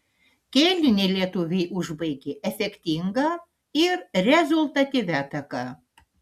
kėlinį lietuviai užbaigė efektinga ir rezultatyvia ataka